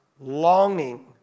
longing